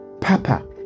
Papa